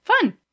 Fun